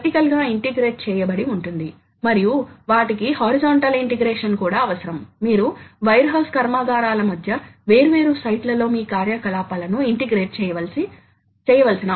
ఈ యంత్రం యొక్క ప్రాథమిక ప్రయోజనాలు చాలా ఖచ్చితమైనవి మరియు మరింత సరళమైనవి అని కూడా మనం తెలుసుకున్నాం